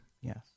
Yes